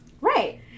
Right